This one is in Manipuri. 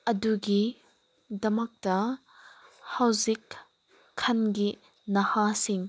ꯑꯗꯨꯒꯤ ꯗꯃꯛꯇ ꯍꯧꯖꯤꯛꯀꯥꯟꯒꯤ ꯅꯥꯍꯥꯁꯤꯡ